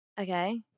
Okay